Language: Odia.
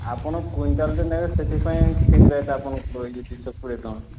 ଆପଣ କ୍ଵିଣ୍ଟାଲଟେ ନେବେ ସେଇଥିପାଇଁ ଠିକ୍ ରେଟ୍ ଆପଣଙ୍କୁ କହିଲି ଦୁଇ ଶହ କୋଡ଼ିଏ ଟଙ୍କା